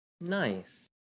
Nice